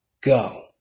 go